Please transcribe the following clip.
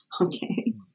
okay